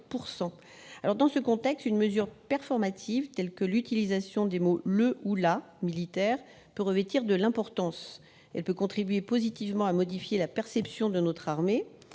Dans ce contexte, une mesure performative, telle que l'utilisation des mots « le ou la militaire », peut revêtir de l'importance. Elle peut contribuer positivement à modifier la perception de notre armée.